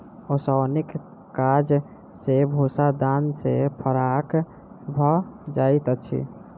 ओसौनीक काज सॅ भूस्सा दाना सॅ फराक भ जाइत अछि